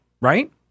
right